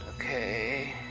Okay